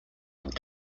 and